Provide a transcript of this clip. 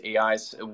AIs